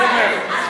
איפה מרצ?